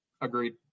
Agreed